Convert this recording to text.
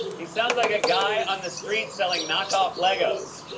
he sounds like a guy on the street selling knockoff legos.